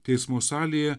teismo salėje